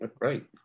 Right